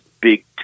big